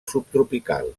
subtropical